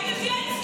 ייאמן.